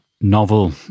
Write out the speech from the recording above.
novel